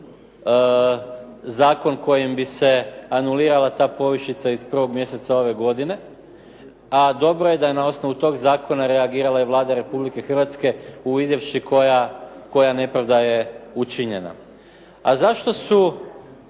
zakon kojim bi se anulirala ta povišica iz 1. mjeseca ove godine a dobro je da je na osnovu tog zakona reagirala i Vlada Republike Hrvatske uvidjevši koja nepravda je učinjena. A zašto su